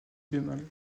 bémol